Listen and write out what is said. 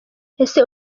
ese